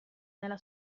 nella